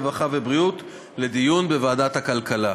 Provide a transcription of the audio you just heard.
הרווחה והבריאות לדיון בוועדת הכלכלה.